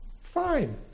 Fine